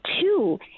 two